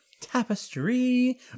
Tapestry